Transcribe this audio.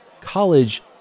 college